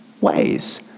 ways